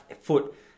foot